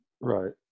Right